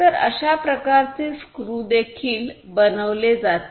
तर अशा प्रकारचे स्क्रू देखील बनवले जातील